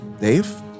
dave